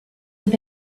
have